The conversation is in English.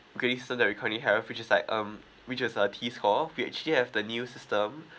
grayson that we currently have which is like um which is a we actually have the new system